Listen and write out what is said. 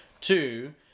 Two